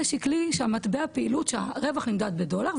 זה שקלי שמטבע הפעילות שהרווח נמדד בדולר,